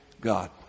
God